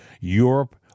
Europe